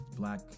black